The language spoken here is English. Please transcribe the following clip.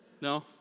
No